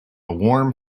warm